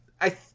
I-